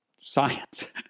science